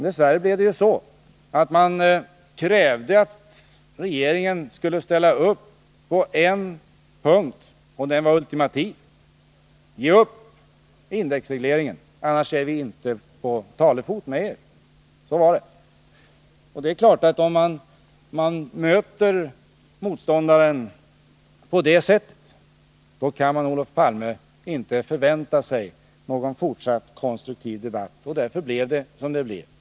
Dess värre blev det så att oppositionen krävde att regeringen skulle ställa upp på en punkt, som var ultimativ: Ge uppindexregleringen, annars är vi inte på talefot med er! Så var det. Och om man möter motståndaren på det sättet, då kan man givetvis inte, Olof Palme, förvänta sig någon fortsatt konstruktiv debatt. Därför blev det som det nu är.